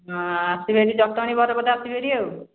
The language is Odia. ହଁ ଆସିବେ ହେରି ଜଟଣୀ ବରପଦା ଆସିବେ ହେରି ଆଉ